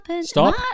Stop